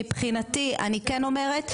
מבחינתי אני כן אומרת,